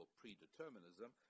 predeterminism